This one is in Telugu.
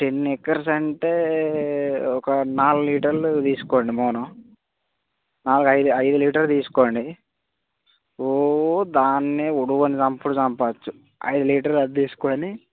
టెన్ ఎకర్స్ అంటే ఒక నాలుగు లీటర్లు తీసుకోండి మోనో నాలుగు ఐదు ఐదు లీటర్లు తీసుకోండి ఓ దాన్నే ఒడవని చంపుడు చంపవచ్చు ఐదు లీటర్లు అది తీసుకొని